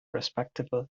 respectable